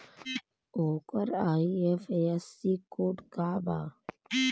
ओकर IFSC code का बा?